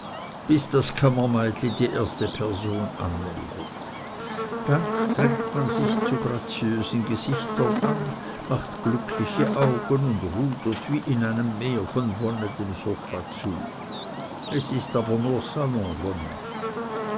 bis das kammermeitli die erste person anmeldet dann strengt man sich zu graziösen gesichtern an macht glückliche augen und rudert wie in einem meer von wonne dem sofa zu es ist aber nur